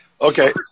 Okay